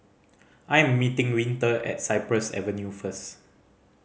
I am meeting Winter at Cypress Avenue first